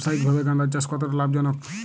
ব্যবসায়িকভাবে গাঁদার চাষ কতটা লাভজনক?